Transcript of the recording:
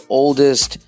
oldest